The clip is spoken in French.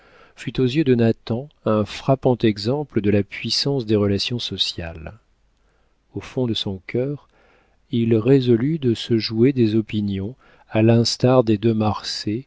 fut aux yeux de nathan un frappant exemple de la puissance des relations sociales au fond de son cœur il résolut de se jouer des opinions à l'instar des de